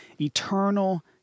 Eternal